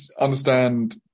understand